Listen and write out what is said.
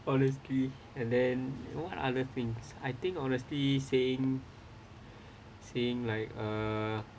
honestly and then what other things I think honestly saying saying like uh